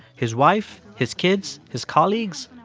his wife, his kids, his colleagues,